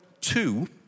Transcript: two